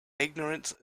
ignorance